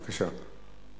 בבקשה.